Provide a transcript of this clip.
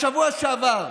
בשבוע שעבר,